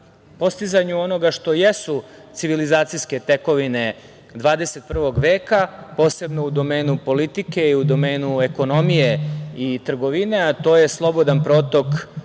postizanju onoga što jesu civilizacijske tekovine 21. veka, posebno u domenu politike i u domenu ekonomije i trgovine, a to je slobodan protok